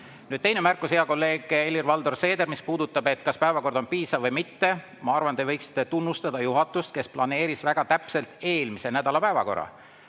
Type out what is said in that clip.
Nüüd teine märkus. Hea kolleeg Helir-Valdor Seeder, mis puudutab seda, kas päevakord on piisav või mitte – ma arvan, te võiksite tunnustada juhatust, kes planeeris väga täpselt eelmise nädala päevakorra.